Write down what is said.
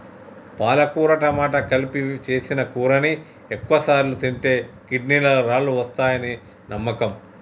పాలకుర టమాట కలిపి సేసిన కూరని ఎక్కువసార్లు తింటే కిడ్నీలలో రాళ్ళు వస్తాయని నమ్మకం